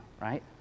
right